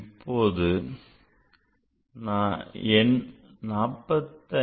இப்போது எண் 45